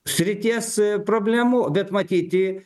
srities problemų bet matyti